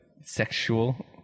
sexual